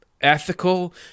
ethical